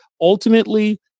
ultimately